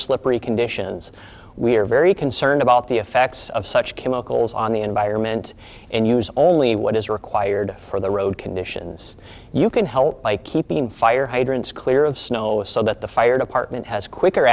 slippery conditions we are very concerned about the effects of such chemicals on the environment and use only what is required for the road conditions you can help by keeping fire hydrants clear of snow so that the fire department has quicker